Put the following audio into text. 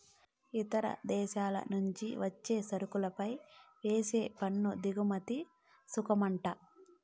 ఇతర దేశాల నుంచి వచ్చే సరుకులపై వేసే పన్ను దిగుమతి సుంకమంట